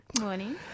Morning